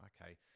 okay